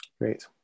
great